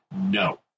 No